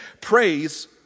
praise